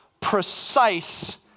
precise